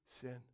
sin